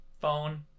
phone